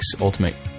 Ultimate